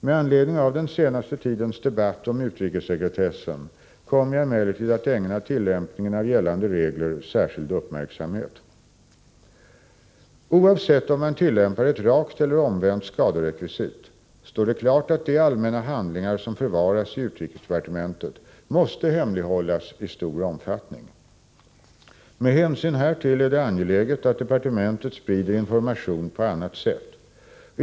Med anledning av den senaste tidens debatt om utrikessekretessen kommer jag emellertid att ägna tillämpningen av gällande regler särskild uppmärksamhet. Oavsett om man tillämpar ett rakt eller omvänt skaderekvisit står det klart att de allmänna handlingar som förvaras i utrikesdepartementet måste hemlighållas i stor omfattning. Med hänsyn härtill är det angeläget att departementet sprider information på annat sätt.